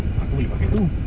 aku boleh pakai tu